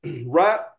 right